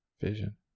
vision